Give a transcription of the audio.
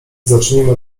zacznijmy